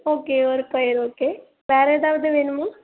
okay ஒரு quire okay வேறு ஏதாவுது வேணுமா